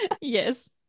Yes